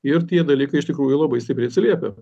ir tie dalykai iš tikrųjų labai stipriai atsiliepia